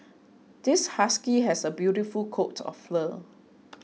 this husky has a beautiful coat of fur